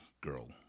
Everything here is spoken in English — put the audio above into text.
girl